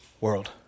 world